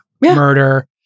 murder